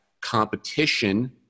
competition